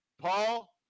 Paul